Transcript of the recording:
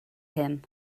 him